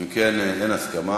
אם כן, אין הסכמה.